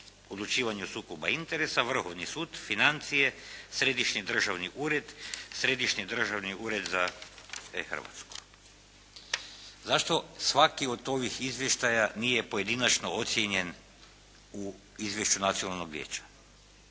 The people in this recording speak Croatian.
odlučivanju o sukobu interesa, Vrhovni sud, financije, Središnji državni ured, Središnji državni ured za E Hrvatsku. Zašto svaki od ovih izvještaja nije pojedinačno ocijenjen u izvješću nacionalnog vijeća?